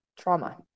trauma